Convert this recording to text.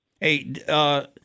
Hey